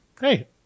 hey